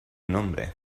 nombre